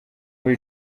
muri